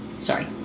Sorry